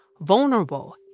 vulnerable